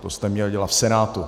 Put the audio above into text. To jste měl dělat v Senátu.